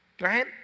Right